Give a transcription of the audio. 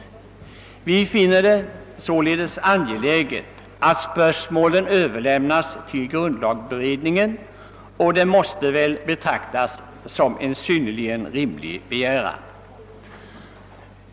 Vi reservanter finner det således angeläget att spörsmålen överlämnas till grundlagberedningen, vilket väl måste betraktas som en synnerligen rimlig begäran.